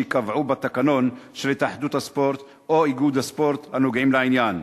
שייקבעו בתקנון של התאחדות הספורט או איגוד הספורט הנוגעים לעניין,